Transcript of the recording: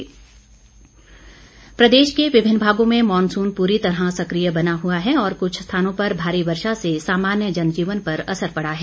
मौसम प्रदेश के विभिन्न भागों में मॉनसून पूरी तरह सकिय बना हुआ है और कुछ स्थानों पर भारी वर्षा से सामान्य जनजीवन पर असर पड़ा है